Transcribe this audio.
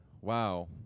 Wow